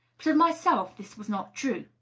but of myself this was not true.